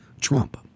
Trump